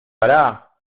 para